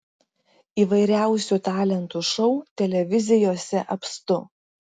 įvairiausių talentų šou televizijose apstu